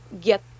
get